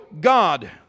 God